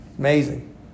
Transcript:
Amazing